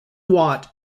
watt